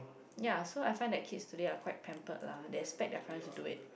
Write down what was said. ya so I find that kids today are quite pampered lah they expect their parents to do it